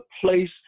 place